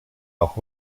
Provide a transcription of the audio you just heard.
auch